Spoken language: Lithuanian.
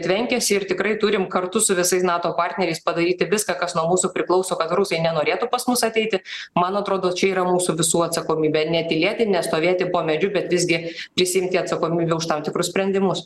tvenkiasi ir tikrai turim kartu su visais nato partneriais padaryti viską kas nuo mūsų priklauso kad rusai nenorėtų pas mus ateiti man atrodo čia yra mūsų visų atsakomybė netylėti nestovėti po medžiu bet visgi prisiimti atsakomybę už tam tikrus sprendimus